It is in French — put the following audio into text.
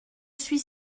suis